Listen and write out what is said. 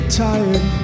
tired